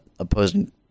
opposing